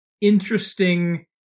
interesting